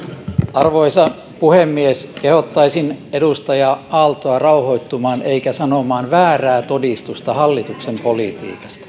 arvoisa puhemies kehottaisin edustaja aaltoa rauhoittumaan eikä sanomaan väärää todistusta hallituksen politiikasta